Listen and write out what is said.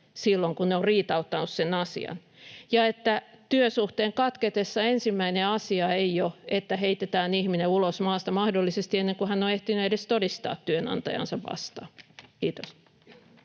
silloin kun ovat riitauttaneet sen asian, ja työsuhteen katketessa ensimmäinen asia ei ole, että ihminen heitetään ulos maasta mahdollisesti ennen kuin hän on ehtinyt edes todistaa työnantajaansa vastaan. — Kiitos.